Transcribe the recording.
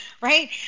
right